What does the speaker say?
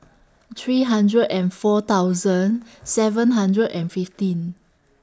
three hundred and four thousand seven hundred and fifteen